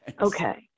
okay